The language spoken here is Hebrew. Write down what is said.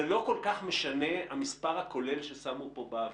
זה לא כל כך משנה המספר הכולל ששמו פה באוויר,